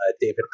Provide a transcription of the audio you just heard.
David